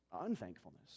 unthankfulness